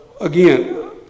Again